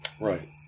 Right